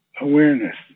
awareness